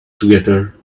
together